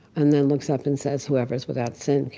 and then looks up and says, whoever is without sin,